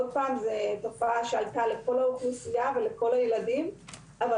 זו תופעה שעלתה אצל כל האוכלוסייה ואצל כל הילדים אבל